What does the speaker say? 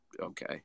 okay